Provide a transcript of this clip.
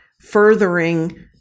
furthering